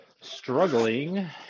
struggling